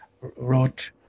wrote